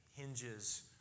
hinges